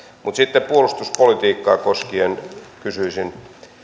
mutta sitten puolustuspolitiikkaa koskien kysyisin